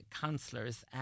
councillors